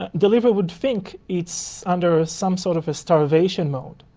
ah the liver would think it's under ah some sort of a starvation mode,